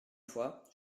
fois